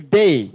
day